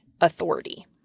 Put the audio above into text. Authority